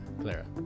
Clara